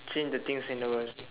change the things in the world